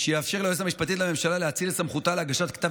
כך שיאפשר ליועצת המשפטית לממשלה להאציל את סמכותה להגשת כתב